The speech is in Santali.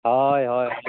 ᱦᱚᱭ ᱦᱚᱭ